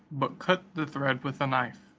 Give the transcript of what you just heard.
but cut the thread with a knife,